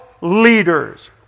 leaders